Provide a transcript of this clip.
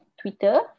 Twitter